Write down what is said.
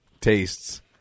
tastes –